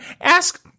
ask –